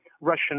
Russian